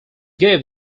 gave